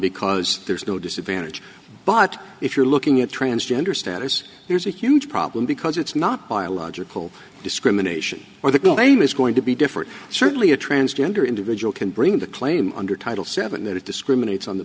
because there's no disadvantage but if you're looking at transgender status there's a huge problem because it's not biological discrimination where the claim is going to be different certainly a transgender individual can bring the claim under title seven that it discriminates on the